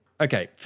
Okay